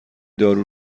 دارو